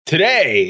Today